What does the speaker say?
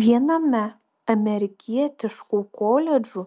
viename amerikietiškų koledžų